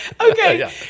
okay